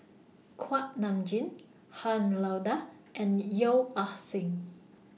Kuak Nam Jin Han Lao DA and Yeo Ah Seng